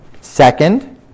Second